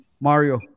Mario